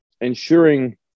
ensuring